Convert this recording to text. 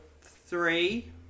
three